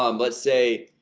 um let's say,